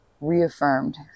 reaffirmed